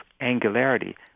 angularity